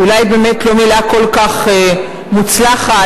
ודרשה שיהיה דיון מעמיק וקביעת קריטריונים כאלה ואחרים.